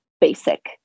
basic